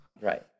right